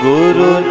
Guru